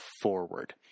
forward